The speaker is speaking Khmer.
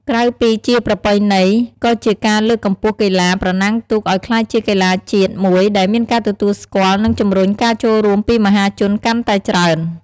ក្រៅពីជាប្រពៃណី ក៏ជាការលើកកម្ពស់កីឡាប្រណាំងទូកឱ្យក្លាយជាកីឡាជាតិមួយដែលមានការទទួលស្គាល់ និងជំរុញការចូលរួមពីមហាជនកាន់តែច្រើន។